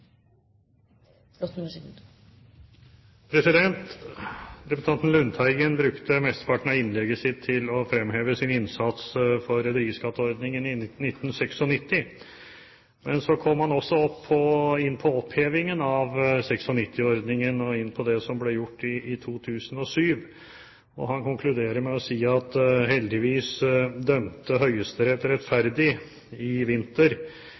plikter. Representanten Lundteigen brukte mesteparten av innlegget sitt til å fremheve sin innsats for rederiskatteordningen i 1996. Men så kom han også inn på opphevingen av 1996-ordningen og det som ble gjort i 2007. Han konkluderer med å si at heldigvis dømte Høyesterett rettferdig i vinter